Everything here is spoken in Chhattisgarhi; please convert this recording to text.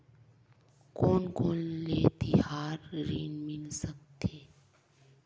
कोन कोन ले तिहार ऋण मिल सकथे?